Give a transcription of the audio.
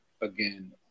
again